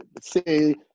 say